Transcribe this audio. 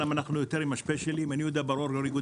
גם עם הנושא של ליסינג וגם עם רמת